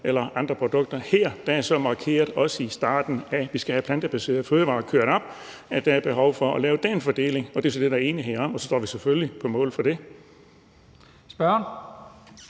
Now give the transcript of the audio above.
vælge andre produkter. Her er det så markeret i starten, at vi skal have fremmet de plantebaserede fødevarer, og at der er behov for at lave den fordeling. Det er der enighed om, og så står vi selvfølgelig på mål for det. Kl.